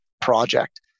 project